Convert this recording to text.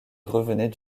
revenaient